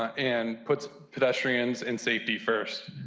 and puts pedestrians and safety first.